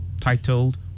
titled